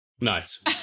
Nice